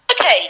okay